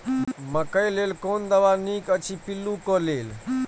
मकैय लेल कोन दवा निक अछि पिल्लू क लेल?